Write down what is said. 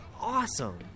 awesome